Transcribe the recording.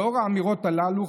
לאור האמירות הללו,